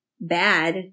bad